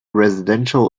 residential